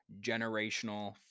generational